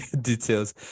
details